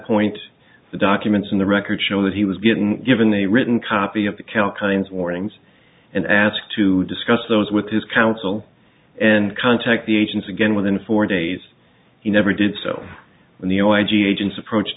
point the documents in the record show that he was getting given a written copy of the cal kinds of warnings and asked to discuss those with his counsel and contact the agents again within four days he never did so when the oh i g agents approached